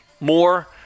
More